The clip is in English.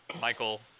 Michael